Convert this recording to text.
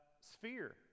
sphere